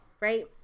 right